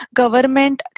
government